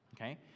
okay